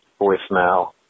voicemail